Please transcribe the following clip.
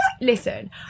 listen